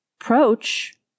approach